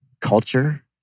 culture